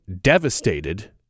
devastated